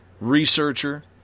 researcher